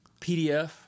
PDF